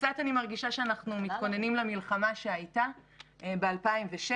קצת אני מרגישה שאנחנו מתכוננים למלחמה שהייתה ב-2006,